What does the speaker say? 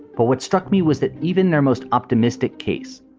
but what struck me was that even their most optimistic case,